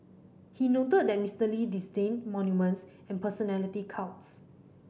he noted that Mister Lee disdained monuments and personality cults